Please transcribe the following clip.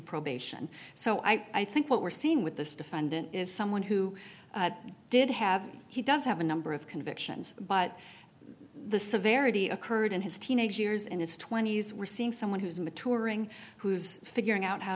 probation so i think what we're seeing with this defendant is someone who did have he does have a number of convictions but the severity occurred in his teenage years in his twenty's we're seeing someone who's maturing who's figuring out how